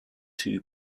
two